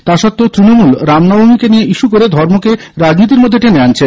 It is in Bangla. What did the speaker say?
তা সত্ত্বেও তৃণমূল রামনবমীকে নিয়ে ইস্যু করে ধর্মকে রাজনীতির মধ্যে টেনে আনছে